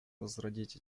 возродить